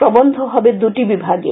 প্রবন্ধ হবে দুটি বিভাগে